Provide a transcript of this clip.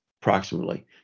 approximately